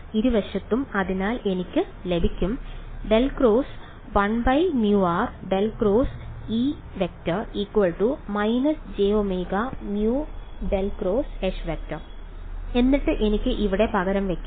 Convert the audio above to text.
ഇരുവശത്തും അതിനാൽ എനിക്ക് ലഭിക്കും ∇× 1μr ∇× E→r − jωμ0∇ × H→ എന്നിട്ട് എനിക്ക് ഇവിടെ പകരം വയ്ക്കാം